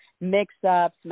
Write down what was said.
mix-ups